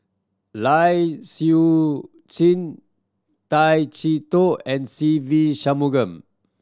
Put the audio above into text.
Lai Siu Chiu Tay Chee Toh and Se Ve Shanmugam